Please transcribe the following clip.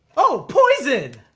oh, poison!